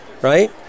right